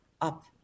up